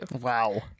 Wow